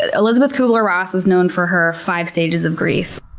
ah elisabeth kubler-ross is known for her five stages of grief.